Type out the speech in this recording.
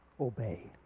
obey